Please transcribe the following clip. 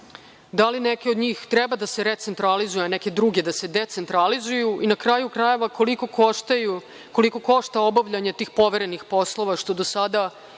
da li neke od njih treba da se recentralizuju, neke druge da se decentralizuju, i na kraju, krajeva koliko košta obavljanje tih poverenih poslova, što do sada